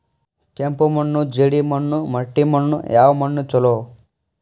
ಕೆಂಪು ಮಣ್ಣು, ಜೇಡಿ ಮಣ್ಣು, ಮಟ್ಟಿ ಮಣ್ಣ ಯಾವ ಮಣ್ಣ ಛಲೋ?